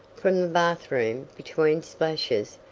from the bathroom, between splashes,